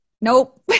nope